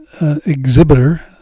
exhibitor